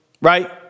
Right